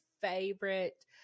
favorite